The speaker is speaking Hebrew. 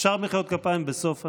אפשר מחיאות כפיים בסוף הנאום.